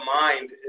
mind